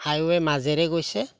highway মাজেৰে গৈছে